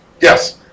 Yes